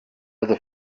other